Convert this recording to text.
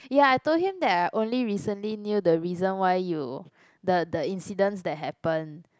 ya I told him that I only recently knew the reason why you the the incidents that happen